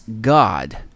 God